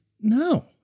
No